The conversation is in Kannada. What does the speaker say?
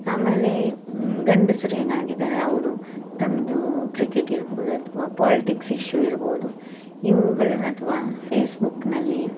ಆಮೇಲೆ ಗಂಡಸ್ರು ಏನಾಗಿದ್ದಾರೆ ಅವರು ತಮ್ಮದು ಕ್ರಿಕೆಟ್ ಇರ್ಬೋದು ಅಥವಾ ಪೊಲಿಟಿಕ್ಸ್ ಇಷ್ಯು ಇರ್ಬೋದು ಇವುಗಳು ಅಥವಾ ಫೇಸ್ಬುಕ್ನಲ್ಲಿ